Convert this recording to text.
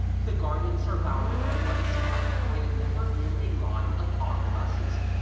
the gardens are bounded on one side by a never-ending line of omnibuses,